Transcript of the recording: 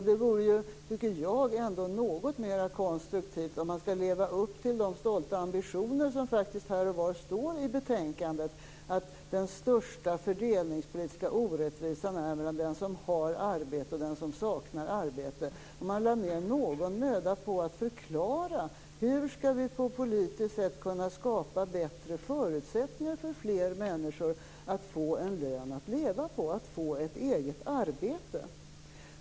Det vore, tycker jag, något mera konstruktivt - om man skall leva upp till den stolta ambitionen som faktiskt finns här och var i betänkandet att den största fördelningspolitiska orättvisan är mellan den som har arbete och den som saknar arbete - om man lade ned någon möda på att förklara hur vi på politiskt sätt skall kunna skapa bättre förutsättningar för fler människor att få en lön att leva på, att få ett eget arbete.